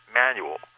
manual